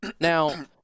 now